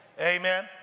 Amen